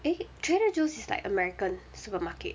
eh trader joe's is like american supermarket